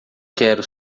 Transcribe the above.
quero